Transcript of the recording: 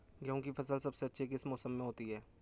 गेंहू की फसल सबसे अच्छी किस मौसम में होती है?